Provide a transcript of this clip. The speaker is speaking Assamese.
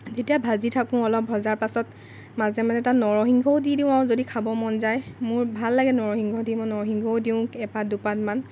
যেতিয়া ভাজি থাকোঁ অলপ ভজাৰ পিছত মাজে মাজে তাত নৰসিংহও দি দিওঁ আৰু যদি খাব মন যায় মোৰ ভাল লাগে নৰসিংহ দি মই নৰসিংহও দিওঁ এপাত দুপাত মান